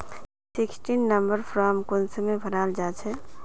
Sixteen number फारम कुंसम भराल जाछे?